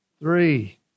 Three